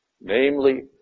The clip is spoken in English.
namely